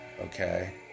okay